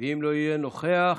ואם לא יהיה נוכח,